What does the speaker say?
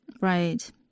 Right